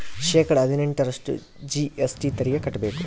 ಶೇಕಡಾ ಹದಿನೆಂಟರಷ್ಟು ಜಿ.ಎಸ್.ಟಿ ತೆರಿಗೆ ಕಟ್ಟ್ಬೇಕು